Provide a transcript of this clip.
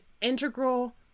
integral